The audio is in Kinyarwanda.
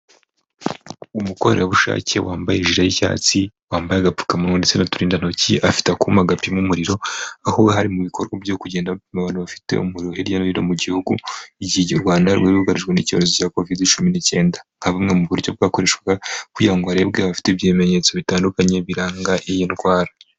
umukorerabushake wambaye ijire y'icyatsi wambaye agapfukamunwa ndetse n'uturindantoki afite akuma gapima umuriro aho ari mu bikorwa byo kugenda bafata umuriro hirya no hino mu gihugu igihe u Rwanda rwugarijwe n'icyorezo cya covid cumi n'icyenda nka bumwe mu buryo bwakoreshwaga kugirango ngo harebwe abafite ibimenyetso bitandukanye biranga iyi ndwara.